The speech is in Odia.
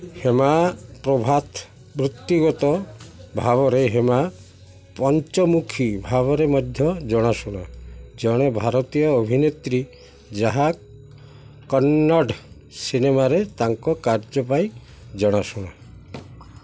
ହେମା ପ୍ରଭାଥ ବୃତ୍ତିଗତ ଭାବରେ ହେମା ପାଞ୍ଚମୁଖୀ ଭାବରେ ମଧ୍ୟ ଜଣାଶୁଣା ଜଣେ ଭାରତୀୟ ଅଭିନେତ୍ରୀ ଯାହା କନ୍ନଡ଼ ସିନେମାରେ ତାଙ୍କ କାର୍ଯ୍ୟ ପାଇଁ ଜଣାଶୁଣା